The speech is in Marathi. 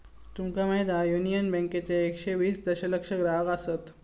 तुका माहीत हा, युनियन बँकेचे एकशे वीस दशलक्ष ग्राहक आसत